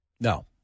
No